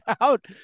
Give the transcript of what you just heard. out